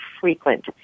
frequent